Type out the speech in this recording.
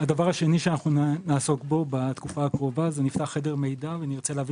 אנחנו נפתח חדר מידע אם נרצה להביא